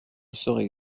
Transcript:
serais